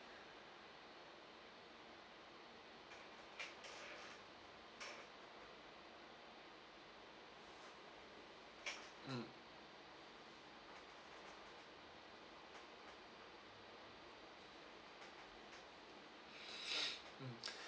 mm mm